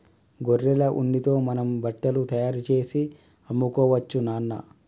గొర్రెల ఉన్నితో మనం బట్టలు తయారుచేసి అమ్ముకోవచ్చు నాన్న